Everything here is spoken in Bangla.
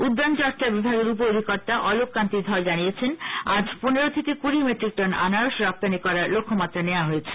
উদ্যানচর্চা বিভাগের উপ অধিকর্তা অলক কান্তি ধর জানিয়েছেন আজ পনেরো থেকে কৃডি মেট্রিকটন আনারস রপ্তানি করার লক্ষ্যমাত্রা নেওয়া হয়েছে